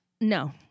no